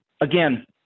again